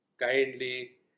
Kindly